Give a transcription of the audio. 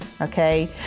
okay